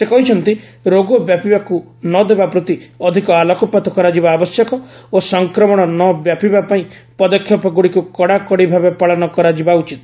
ସେ କହିଛନ୍ତି ରୋଗ ବ୍ୟାପିବାକ୍ର ନ ଦେବା ପ୍ରତି ଅଧିକ ଆଲୋକପାତ କରାଯିବା ଆବଶ୍ୟକ ଓ ସଂକ୍ରମଣ ନ ବ୍ୟାପିବା ପାଇଁ ପଦକ୍ଷେପଗୁଡ଼ିକୁ କଡ଼ାକଡ଼ି ଭାବେ ପାଳନ କରାଯିବା ଉଚିତ